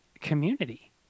community